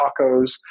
tacos